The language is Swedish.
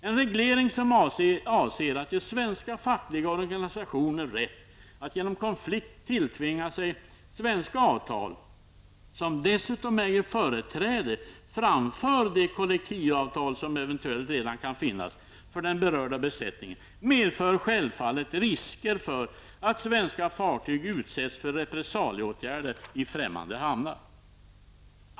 En reglering som avser att ge svenska fackliga organisationer rätt att genom konflikt tilltvinga sig svenska avtal, som dessutom äger företräde framför de kollektivavtal som eventuellt redan kan finnas för den berörda besättningen, medför självfallet risker för att svenska fartyg utsätts för repressalieråtgärder i främmande hamnar.